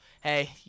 hey